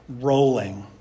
rolling